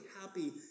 happy